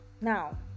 now